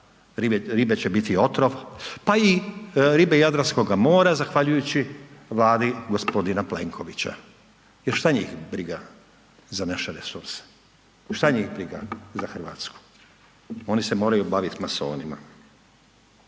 ribe će biti otrov, pa i ribe jadranskoga mora zahvaljujući Vladi g. Plenkovića jer šta njih briga za naše resurse, šta njih briga za RH, oni se moraju bavit masonima.